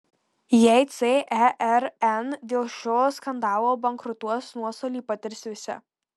jei cern dėl šio skandalo bankrutuos nuostolį patirs visi